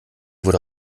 wurde